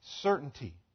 certainty